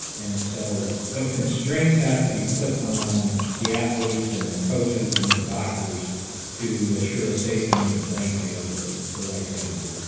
and so what constraints have to be put on the athletes and their coaches and their doctors to assure a safe and even playing field is the right thing to do